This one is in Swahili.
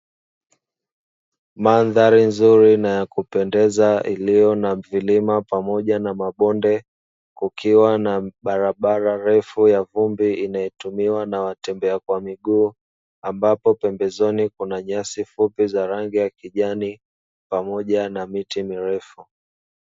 Mandhari nzuri na ya kupendeza, iliyo na vilima pamoja na mabonde kukiwa na barabara refu, ya vumbi inayotumiwa na watembea kwa miguu, ambapo pembezoni kuna nyasi fupi za rangi ya kijani pamoja na miti mirefu.